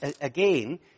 again